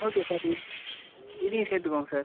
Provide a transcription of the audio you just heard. okay sir இது இதையும் சேர்த்துக்கோங்க சார்